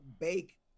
bake